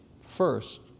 first